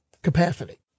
Capacity